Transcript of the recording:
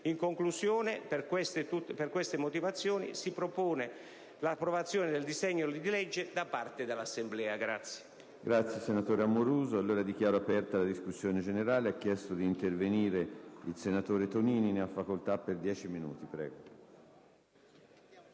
In conclusione, per tutte queste motivazioni, si propone l'approvazione del disegno di legge da parte dell'Assemblea.